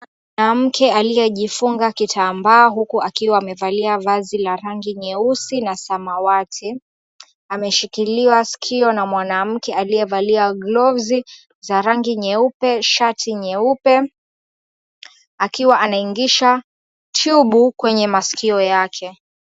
Mwanamke aliyejifunga kitambaa huku akiwa amevalia vazi la rangi nyeusi na samawati ameshikiliwa sikio na mwanamke aliyevalia gloves za rangi nyeupe, shati nyeupe akiwa anaingisha tube kwenye masikio yake.